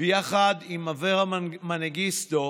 ויחד עם אברה מנגיסטו